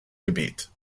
gebiet